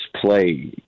play